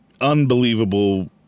unbelievable